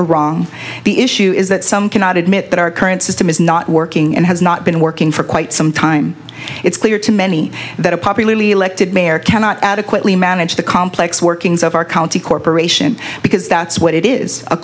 or wrong the issue is that some cannot admit that our current system is not working and has not been working for quite some time it's clear to many that a popularly elected mayor cannot adequately manage the complex workings of our county corporation because that's what it is a